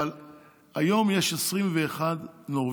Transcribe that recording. אבל היום יש 21 נורבגים,